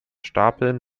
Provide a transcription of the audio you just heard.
stapeln